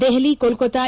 Delhi Kolkata